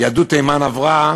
יהדות תימן עברה